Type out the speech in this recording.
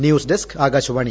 news desk Akashvani